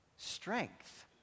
Strength